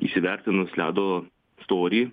įsivertinus ledo storį